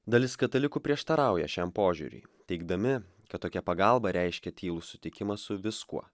dalis katalikų prieštarauja šiam požiūriui teigdami kad tokia pagalba reiškia tylų sutikimą su viskuo